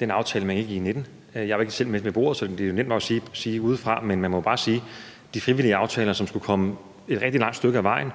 den aftale, man indgik i 2019. Jeg var ikke selv med ved bordet, så det er jo nemt nok at sige det udefra. Men man må bare sige, at det var frivillige aftaler, som skulle komme et rigtig langt stykke ad vejen.